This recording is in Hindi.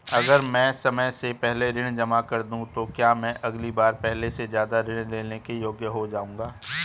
अगर मैं समय से पहले ऋण जमा कर दूं तो क्या मैं अगली बार पहले से ज़्यादा ऋण लेने के योग्य हो जाऊँगा?